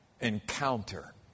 encounter